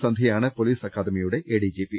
സന്ധ്യയാണ് police അക്കാഡമിയുടെ ADGP